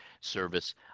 service